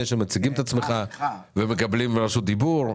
שמציגים את עצמך ומקבלים רשות דיבור,